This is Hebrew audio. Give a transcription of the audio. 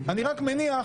אני רק מניח,